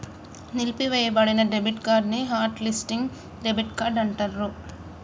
నిలిపివేయబడిన debit card ని hot listing debit card అంటాండ్రు